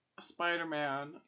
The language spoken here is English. spider-man